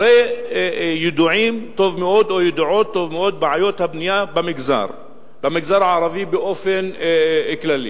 הרי ידועות טוב מאוד בעיות הבנייה במגזר הערבי באופן כללי.